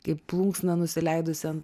kaip plunksna nusileidusi ant